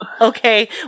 Okay